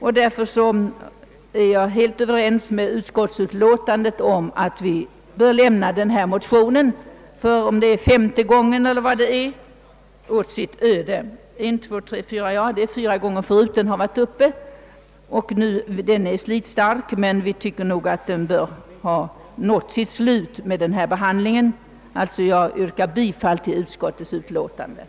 Jag förordar därför bestämt att kammaren beslutar lämna motionerna utan åtgärd. Motionerna har väckts fyra gånger tidigare och behandlas alltså nu för femte gången. Vi inom utskottsmajoriteten hoppas att motionerna därmed slutbehandlats, och jag yrkar bifall till utskottets hemställan.